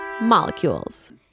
Molecules